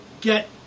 get